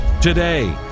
today